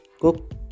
cook